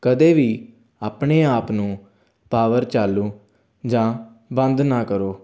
ਕਦੇ ਵੀ ਆਪਣੇ ਆਪ ਨੂੰ ਪਾਵਰ ਚਾਲੂ ਜਾਂ ਬੰਦ ਨਾ ਕਰੋ